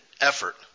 effort